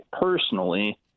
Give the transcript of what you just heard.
personally